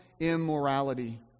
immorality